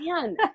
Man